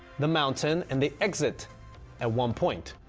the mountain and they exit at one point.